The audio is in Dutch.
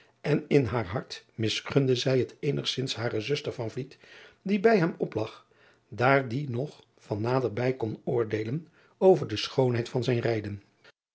en in haar hart misgunde zij het eernigzins hare zuster die bij hem oplag daar die nog van naderbij kon oordeelen over de schoonheid van zijn rijden